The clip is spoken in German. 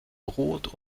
brot